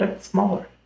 smaller